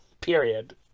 Period